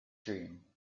dream